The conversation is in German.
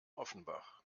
offenbach